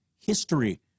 history